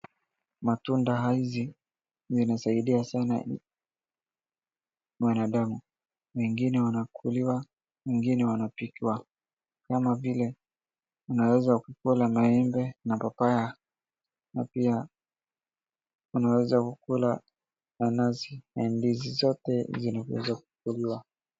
Matunda hizi zinasaidia sana mwanadamu mengine yanakuliwa mengine yanapikiwa kama vile unaweza ukakula maembe na papaya na pia unaweza kula nanasi na ndizi zote zinaweza kukuliwa.